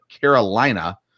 carolina